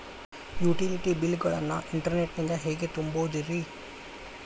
Utility bill ಗಳನ್ನ internet ನಿಂದ ಹೆಂಗ್ ತುಂಬೋದುರಿ?